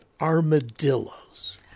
armadillos